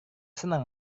senang